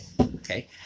Okay